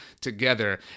together